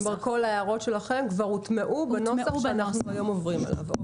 כל ההערות שלכם כבר הוטמעו בנוסח שאנחנו היום עוברים עליו.